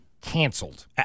canceled